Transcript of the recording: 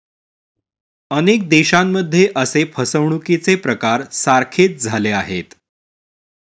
अनेक देशांमध्ये असे फसवणुकीचे प्रकार सारखेच झाले आहेत